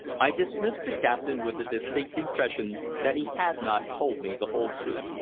i dismissed the captain with a distinct impression that he had not told me the whole truth.